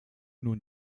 nun